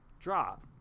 drop